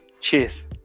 Cheers